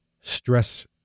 stress